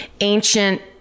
ancient